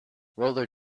roller